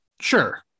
Sure